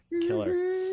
killer